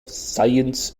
science